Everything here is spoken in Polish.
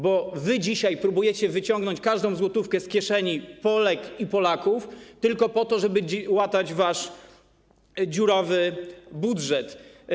Bo wy dzisiaj próbujecie wyciągnąć każdą złotówkę z kieszeni Polek i Polaków tylko po to, żeby łatać wasz dziurawy budżet.